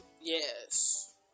Yes